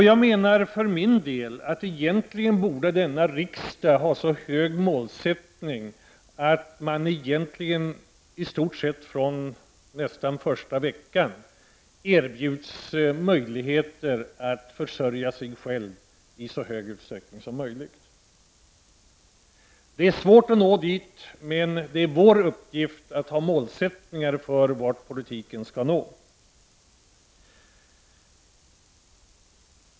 Jag menar för min del att denna riksdag borde ha så hög målsättning att en flykting i stort sett från första veckan erbjuds möjligheter att försörja sig själv i så hög utsträckning som möjligt. Det är svårt att nå dit. Men det är vår uppgift att sätta upp mål som genom politiken skall nås.